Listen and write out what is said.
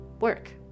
work